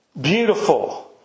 beautiful